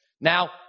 Now